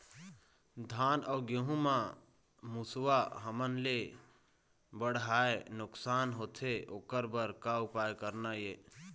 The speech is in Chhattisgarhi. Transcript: धान अउ गेहूं म मुसवा हमन ले बड़हाए नुकसान होथे ओकर बर का उपाय करना ये?